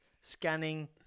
scanning